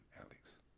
Alex